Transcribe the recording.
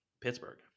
Pittsburgh